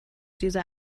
dieser